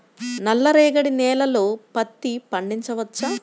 నల్ల రేగడి నేలలో పత్తి పండించవచ్చా?